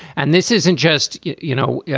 and this isn't just, you you know, yeah